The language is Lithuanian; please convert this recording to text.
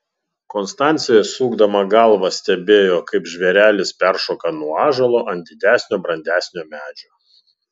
konstancija sukdama galvą stebėjo kaip žvėrelis peršoka nuo ąžuolo ant didesnio brandesnio medžio